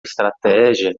estratégia